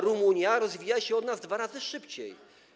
Rumunia rozwija się od nas dwa razy szybciej.